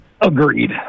Agreed